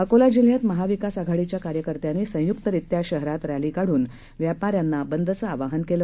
अकोला जिल्ह्यात महा विकास आघाडीच्या कार्यकर्त्यानी संयुक्तरीत्या शहरात रॅली काढून व्यापाऱ्यांना बदचं आवाहन केले